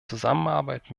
zusammenarbeit